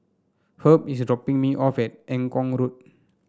Herb is dropping me off at Eng Kong Road